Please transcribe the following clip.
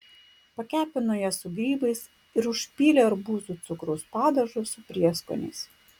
pakepino jas su grybais ir užpylė arbūzų cukraus padažu su prieskoniais